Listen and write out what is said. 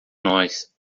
nós